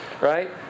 right